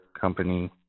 company